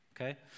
okay